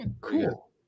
Cool